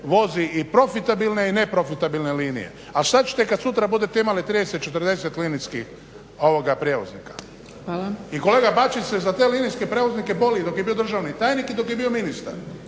vozi i profitabilne i neprofitabilne linije, a šta ćete kad sutra budete imali 30,40 linijskih prijevoznika. I kolega Bačić se za te linijske prijevoznike … dok je bio državni tajnik i dok je bio ministar,